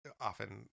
often